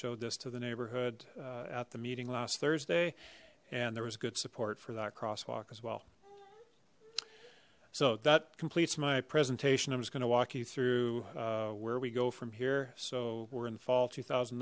showed this to the neighborhood at the meeting last thursday and there was good support for that crosswalk as well so that completes my presentation i'm just going to walk you through where we go from here so we're in fall two thousand